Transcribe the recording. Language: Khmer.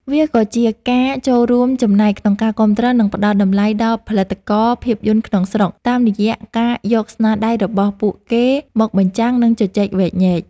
វាក៏ជាការចូលរួមចំណែកក្នុងការគាំទ្រ និងផ្ដល់តម្លៃដល់ផលិតករភាពយន្តក្នុងស្រុក តាមរយៈការយកស្នាដៃរបស់ពួកគេមកបញ្ចាំង និងជជែកវែកញែក។